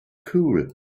cool